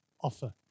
offer